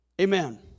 Amen